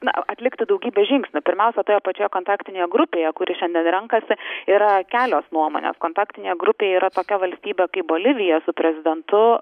na atlikti daugybę žingsnių pirmausia toje pačioje kontaktinėje grupėje kuri šiandien renkasi yra kelios nuomonės kontaktinė grupė yra tokia valstybė kaip bolivija su prezidentu